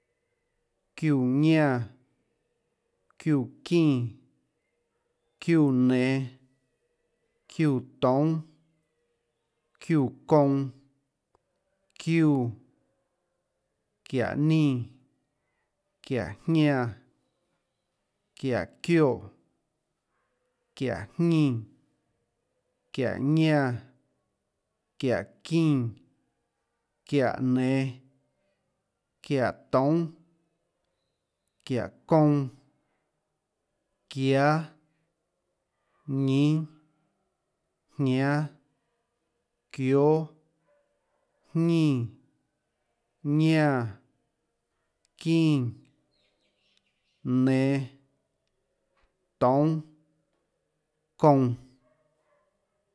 Çiúã ñánã, çiúã çínã, çiúã nenå, çiúã toúnâ, çiúã kounã, çiúã, çiáå nínã, çiáå jñánã, çiáå çioè, çiáå jñínã, çiáå ñánã, çiáå çínã, çiáå nen, çiáå toúnâ, çiáå kounã, çiáâ, ñínâ, jñánâ, çióâ, jñínã ñánã, çínã, nenå, toúnâ, kounã.